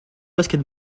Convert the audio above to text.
basket